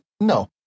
no